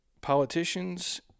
politicians